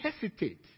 hesitate